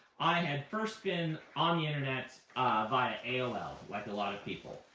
i had first been on the internet via aol, like a lot of people,